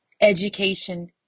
education